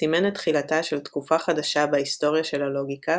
סימן את תחילתה של תקופה חדשה בהיסטוריה של הלוגיקה